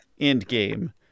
Endgame